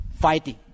fighting